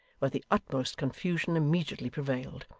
where the utmost confusion immediately prevailed.